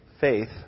faith